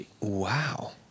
Wow